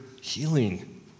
healing